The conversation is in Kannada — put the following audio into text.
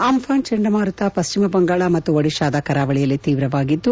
ಅಂಘಾನ್ ಚಂಡಮಾರುತ ಪಶ್ಚಿಮ ಬಂಗಾಳ ಮತ್ನು ಒಡಿಶಾದ ಕರಾವಳಿಯಲ್ಲಿ ತೀವ್ರವಾಗಿದ್ಗು